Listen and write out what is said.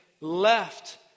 left